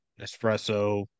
espresso